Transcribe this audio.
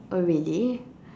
oh really